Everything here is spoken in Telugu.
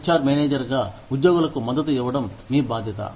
హెచ్ ఆర్ మేనేజర్ గా ఉద్యోగులకు మద్దతు ఇవ్వడం మీ బాధ్యత